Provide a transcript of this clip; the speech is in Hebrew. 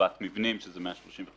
הרחבת מבנים שזה 135,